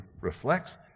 reflects